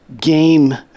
game